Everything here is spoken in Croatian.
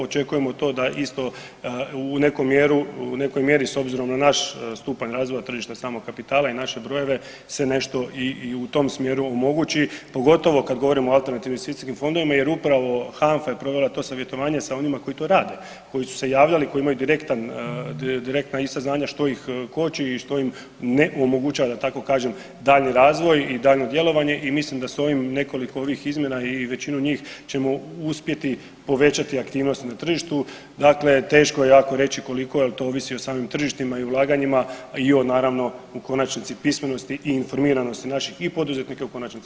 Očekujemo to da isto u neku mjeru, u nekoj mjeri s obzirom na naš stupanj razvoja, tržišta samog kapitala i naše brojeve se nešto i u tom smjeru omogući, pogotovo kad govorimo o alternativnim investicijskim fondovima jer upravo HANFA je provela to savjetovanje sa onima koji to rade, koji su se javljali, koji imaju direktan, direktna i saznanja što ih koči i što im ne omogućava, da tako kažem daljnji razvoj i daljnje djelovanje i mislim da s ovim, nekoliko ovih izmjena i većinu njih ćemo uspjeti povećati aktivnost na tržištu, dakle teško je jako reći koliko, jer to ovisi o samim tržištima i ulaganjima i o naravno, u konačnici, pismenosti i informiranosti naših i poduzetnika, i u konačnici, građana.